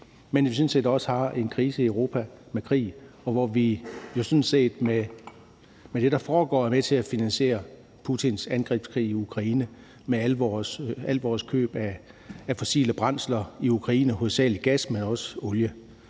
set også har en krise i Europa med krig, og hvor vi med det, der foregår, er med til at finansiere Putins angrebskrig i Ukraine med alle vores køb af fossile brændsler i Rusland, hovedsagelig gas, men også olie.